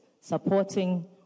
supporting